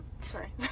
sorry